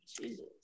Jesus